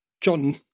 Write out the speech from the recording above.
John